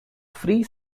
free